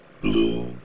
blue